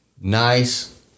Nice